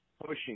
pushing